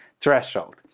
threshold